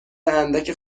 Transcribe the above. اندک